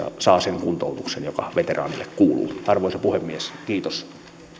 saa sen kuntoutuksen joka veteraanille kuuluu arvoisa puhemies kiitos